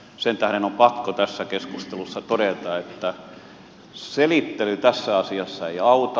sen tähden on pakko tässä keskustelussa todeta että selittely tässä asiassa ei auta